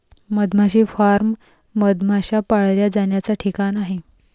मधमाशी फार्म मधमाश्या पाळल्या जाण्याचा ठिकाण आहे